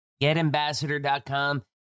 getambassador.com